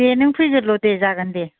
दे नों फैग्रो ल' दे जागोन दे